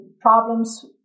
problems